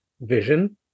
vision